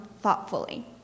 thoughtfully